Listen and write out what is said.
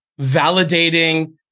validating